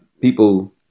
people